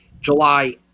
July